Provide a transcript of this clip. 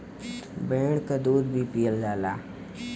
भेड़ क दूध भी पियल जाला